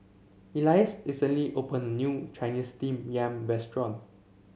Elias recently opened a new Chinese Steamed Yam restaurant